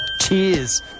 Cheers